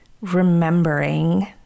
remembering